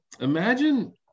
imagine